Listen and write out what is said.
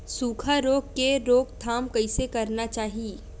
सुखा रोग के रोकथाम कइसे करना चाही?